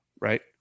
right